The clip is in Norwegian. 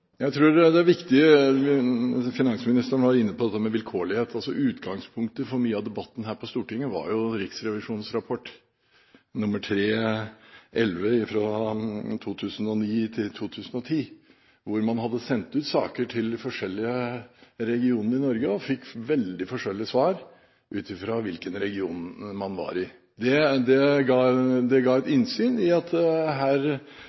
Finansministeren var inne på dette med vilkårlighet. Utgangspunktet for mye av debatten her på Stortinget var jo Riksrevisjonens rapport, Dokument nr. 3:11 for 2009–2010. Man hadde sendt ut saker til forskjellige regioner i Norge, og fått veldig forskjellige svar ut fra hvilken region man var i. Det ga et innsyn i at her var det utfordringer. Så har man gått videre når det